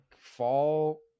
fall